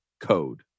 code